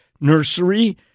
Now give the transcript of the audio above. Nursery